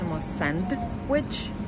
sandwich